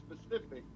specific